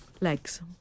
Legs